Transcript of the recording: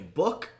book